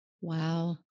Wow